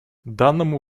данному